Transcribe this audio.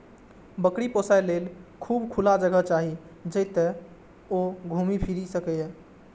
बकरी पोसय लेल खूब खुला जगह चाही, जतय ओ घूमि फीरि सकय